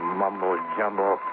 mumble-jumble